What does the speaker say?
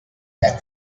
that